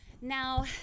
now